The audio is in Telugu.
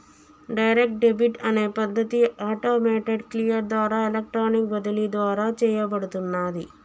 డైరెక్ట్ డెబిట్ అనే పద్ధతి ఆటోమేటెడ్ క్లియర్ ద్వారా ఎలక్ట్రానిక్ బదిలీ ద్వారా చేయబడుతున్నాది